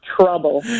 trouble